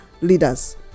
leaders